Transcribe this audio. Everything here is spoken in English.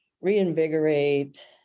reinvigorate